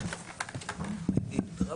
כן, דרפקין,